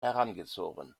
herangezogen